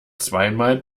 zweimal